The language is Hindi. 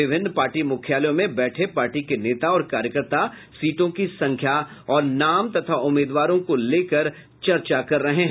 विभिन्न पार्टी मुख्यालयों में बैठे पार्टी के नेता और कार्यकर्ता सीटों की संख्या और नाम तथा उम्मीदवारों को लेकर चर्चा कर रहे हैं